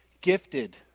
gifted